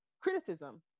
criticism